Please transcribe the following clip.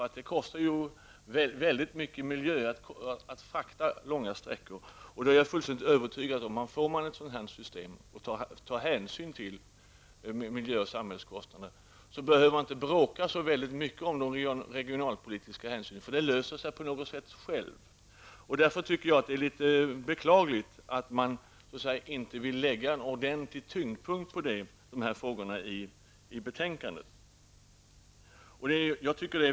Att frakta gods långa sträckor är ju påfrestande för miljön. Jag är fullständigt övertygad om att införandet av ett system, där man tar hänsyn till miljö och samhällskostnader, gör att man inte behöver bråka så mycket om regionalpolitiska hänsynstaganden. På något sätt löser sig problemen av sig själva. Därför är det enligt min mening beklagligt att man inte har lagt ordentlig tyngdpunkt på dessa frågor i betänkandet.